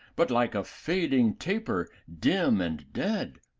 but like a fading taper, dim and dead?